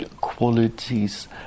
qualities